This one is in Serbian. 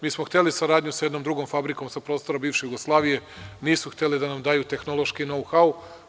Mi smo hteli saradnju sa jednom drugom fabrikom sa prostora bivše Jugoslavije, nisu hteli da nam daju tehnološki know-how.